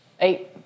eight